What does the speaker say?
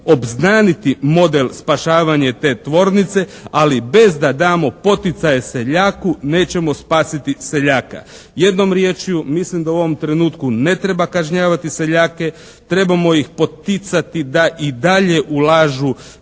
obznaniti model spašavanje te tvornice ali bez da damo poticaje seljaku, nećemo spasiti seljaka. Jednom riječju, mislim da u ovom trenutku ne treba kažnjavati seljake, trebamo ih poticati da i dalje ulažu